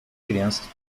crianças